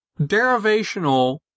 derivational